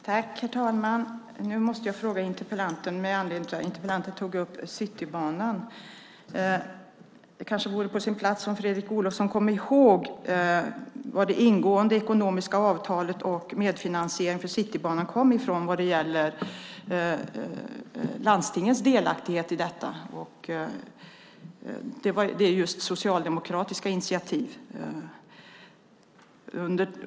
Herr talman! Nu har jag en fråga till interpellanten med anledning av att han tog upp Citybanan. Det kanske vore på sin plats att Fredrik Olovsson kom ihåg var det ingångna ekonomiska avtalet och medfinansieringen av Citybanan kom ifrån vad gäller landstingens delaktighet. Det är just socialdemokratiska initiativ.